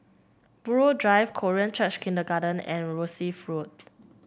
Buroh Drive Korean Church Kindergarten and Rosyth Road